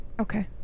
Okay